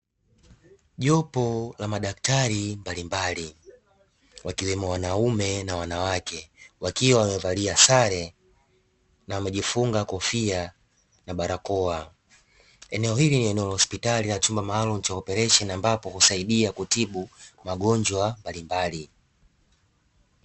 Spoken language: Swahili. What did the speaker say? Jopo la madaktari mbalimbali wakiwemo wanaume na wanawake, wakiwa wamevalia sare na wamejifunga kofia na barakoa. Eneo hili ni eneo la hospitali na chumba maalumu cha operesheni ambapo husaidia kutibu magonjwa mbalimbali.